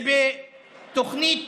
כשבתוכנית